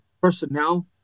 personnel